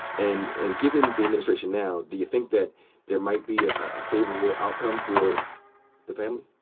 and and given the administration now, do you think that there might be a ah favorable outcome for the family?